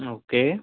okay